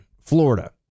Florida